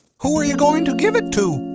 who are you going to give it to?